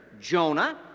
Jonah